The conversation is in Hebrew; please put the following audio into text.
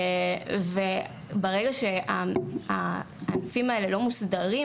ברגע שהענפים האלה לא מוסדרים